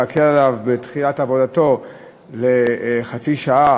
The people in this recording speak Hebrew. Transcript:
להקל עליו בדחיית עבודתו לחצי שעה,